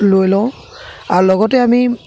লৈ লওঁ আৰু লগতে আমি